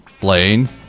Blaine